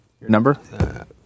number